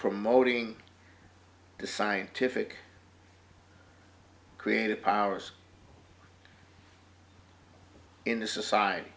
promoting the scientific creative powers in the society